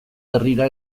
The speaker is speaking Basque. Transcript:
herrira